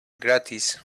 gratis